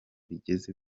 bigeze